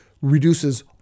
reduces